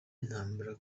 ntambara